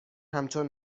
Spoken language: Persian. همچون